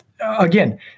Again